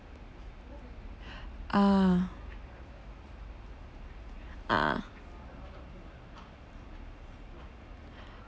ah ah